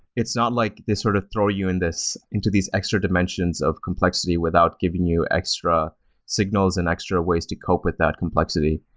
it's not like they sort of throw you and into these extra dimensions of complexity without giving you extra signals and extra ways to cope with that complexity.